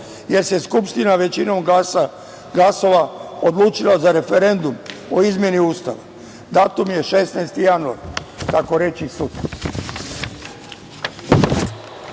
jer se Skupština većinom glasova odlučila za referendum o izmeni Ustava, datum je 13. januar, takoreći